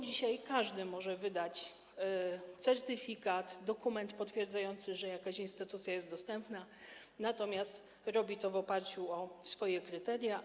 Dzisiaj każdy może wydać certyfikat, dokument potwierdzający, że jakaś instytucja jest dostępna, ale robi to w oparciu o swoje własne kryteria.